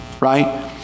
right